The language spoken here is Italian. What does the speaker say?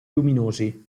luminosi